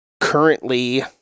currently